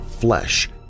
flesh